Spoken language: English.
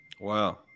Wow